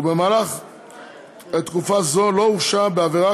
ובמהלך תקופה זו הוא לא הורשע בעבירה